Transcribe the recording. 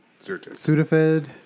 Sudafed